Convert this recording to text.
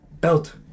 Belt